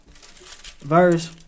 verse